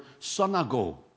sonago